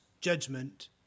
judgment